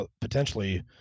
potentially